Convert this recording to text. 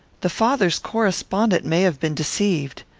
the father's correspondent may have been deceived.